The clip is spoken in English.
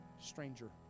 stranger